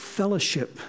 Fellowship